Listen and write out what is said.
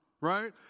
right